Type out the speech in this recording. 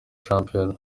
shampiyona